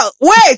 wait